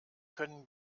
können